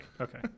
Okay